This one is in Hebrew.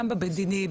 גם במדיני,